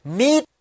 meet